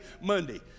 Monday